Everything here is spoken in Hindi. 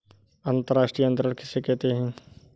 अंतर्राष्ट्रीय अंतरण किसे कहते हैं?